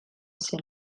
zen